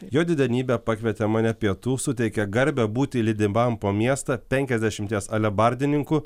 jo didenybė pakvietė mane pietų suteikė garbę būti lydimam po miestą penkiasdešimties alebardininkų